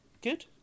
Good